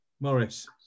Morris